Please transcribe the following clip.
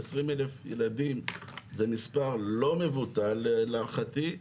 20,000 ילדים זה מספר לא מבוטל להערכתי,